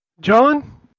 John